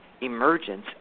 emergence